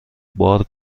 بار